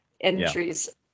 entries